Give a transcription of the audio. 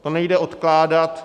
To nejde odkládat.